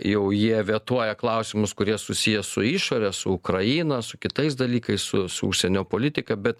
jau jie vetuoja klausimus kurie susiję su išore su ukraina su kitais dalykais su užsienio politika bet